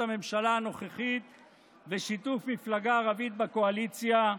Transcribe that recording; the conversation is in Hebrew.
הממשלה הנוכחית ושיתוף מפלגה ערבית בקואליציה.